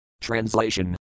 translation